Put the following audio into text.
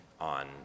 on